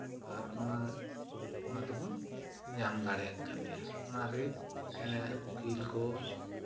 ᱟᱨ ᱚᱱᱟ ᱚᱱᱟ ᱫᱚᱵᱚᱱ ᱧᱟᱢ ᱫᱟᱲᱮᱭᱟᱜ ᱠᱟᱱ ᱜᱮᱭᱟ ᱚᱱᱟᱨᱮ ᱩᱠᱤᱞ ᱠᱚ